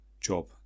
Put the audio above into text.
Job